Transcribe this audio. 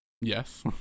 Yes